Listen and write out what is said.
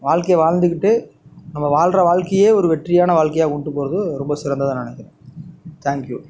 வாழ்க்கையை வாழ்ந்துக்கிட்டு நம்ம வாழ்கிற வாழ்க்கையே ஒரு வெற்றியான வாழ்க்கையாக கொண்டுப்போகிறது ரொம்ப சிறந்ததாக நான் நினைக்குறேன் தேங்க்யூ